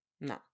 no